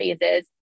phases